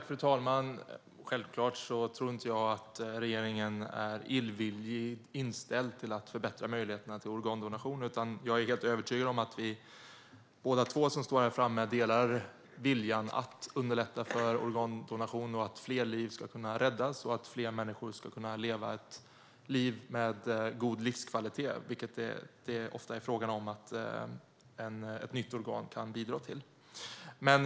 Fru talman! Självklart tror jag inte att regeringen är illvilligt inställd till att förbättra möjligheterna till organdonation, utan jag är helt övertygad om att vi båda delar viljan att underlätta för organdonation, att fler liv ska kunna räddas och att fler människor ska kunna leva ett liv med god livskvalitet som ett nytt organ ofta kan bidra till. Fru talman!